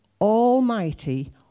Almighty